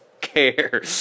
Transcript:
care